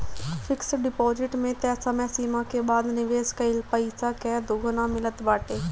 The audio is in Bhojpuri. फिक्स डिपोजिट में तय समय सीमा के बाद निवेश कईल पईसा कअ दुगुना मिलत बाटे